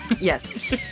Yes